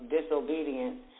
disobedience